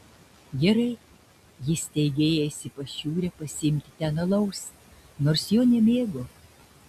gerai jis teigė ėjęs į pašiūrę pasiimti ten alaus nors jo nemėgo